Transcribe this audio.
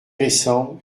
récent